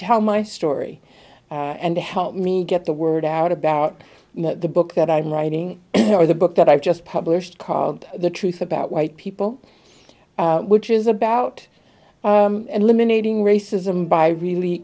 tell my story and to help me get the word out about the book that i'm writing or the book that i've just published called the truth about white people which is about eliminating racism by really